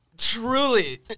Truly